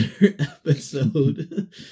episode